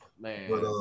man